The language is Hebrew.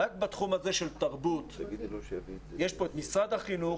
רק בתחום הזה של תרבות יש פה את משרד החינוך,